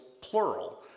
plural